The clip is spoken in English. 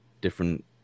different